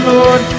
Lord